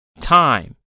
Time